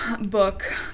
book